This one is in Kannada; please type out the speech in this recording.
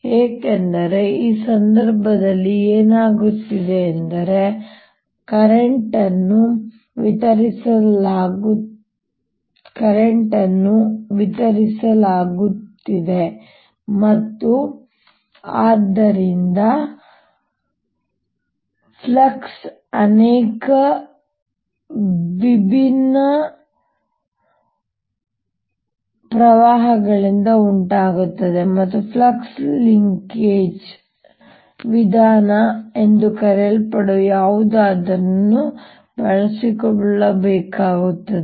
ಏಕೆಂದರೆ ಈ ಸಂದರ್ಭದಲ್ಲಿ ಏನಾಗುತ್ತಿದೆ ಎಂದರೆ ಕರೆಂಟ್ ವಿತರಿಸಲಾಗುತ್ತದೆ ಮತ್ತು ಆದ್ದರಿಂದ ಫ್ಲಕ್ಸ್ ಅನೇಕ ವಿಭಿನ್ನ ಪ್ರವಾಹಗಳಿಂದ ಉಂಟಾಗುತ್ತದೆ ಮತ್ತು ಫ್ಲಕ್ಸ್ ಲಿಂಕೇಜ್ ವಿಧಾನ ಎಂದು ಕರೆಯಲ್ಪಡುವ ಯಾವುದನ್ನಾದರೂ ಬಳಸಬೇಕಾಗುತ್ತದೆ